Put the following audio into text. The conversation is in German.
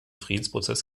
friedensprozess